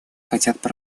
хотят